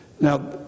Now